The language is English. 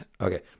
Okay